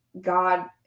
God